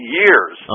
years